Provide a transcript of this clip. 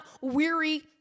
weary